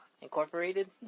Incorporated